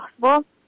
possible